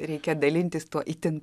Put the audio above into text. reikia dalintis tuo itin